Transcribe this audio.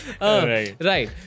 right